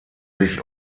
sich